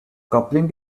coupling